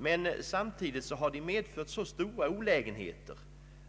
Men samtidigt har de medfört så stora olägenheter